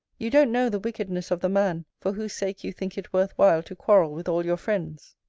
you don't know the wickedness of the man for whose sake you think it worth while to quarrel with all your friends.